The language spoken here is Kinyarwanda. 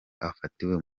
afatiwe